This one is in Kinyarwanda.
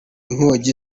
nkongi